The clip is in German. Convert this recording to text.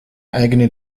eigene